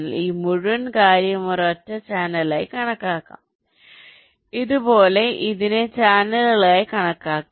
വാസ്തവത്തിൽ ഈ മുഴുവൻ കാര്യവും ഒരൊറ്റ ചാനലായി കണക്കാക്കാം അതുപോലെ ഇതിനെ ചാനലുകളായി കണക്കാക്കാം